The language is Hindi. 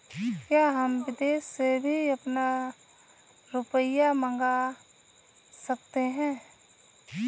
क्या हम विदेश से भी अपना रुपया मंगा सकते हैं?